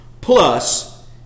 Plus